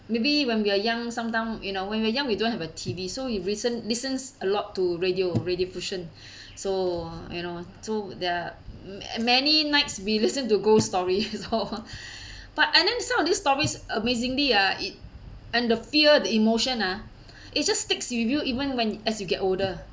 maybe when we are young sometime you know when we are young we don't have a T_V so we listen listens a lot to radio radio fusion so you know too there are many nights we listen to ghost story all but and then some of these stories amazingly ah it and the fear the emotion ah it's just sticks with you even when as you get older